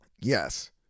yes